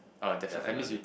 definitely